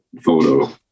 photo